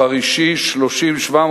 מספר אישי 30743,